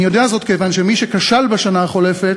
אני יודע זאת כיוון שמי שכשלה בשנה החולפת